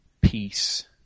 peace